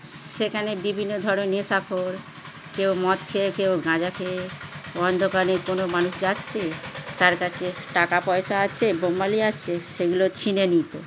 সেখানে বিভিন্ন ধরনের নেশাখোর কেউ মদ খেয়ে কেউ গাঁজা খেয়ে অন্ধকারে কোনো মানুষ যাচ্ছে তার কাছে টাকা পয়সা আছে মোবাইল আছে সেগুলো ছিনিয়ে নিতো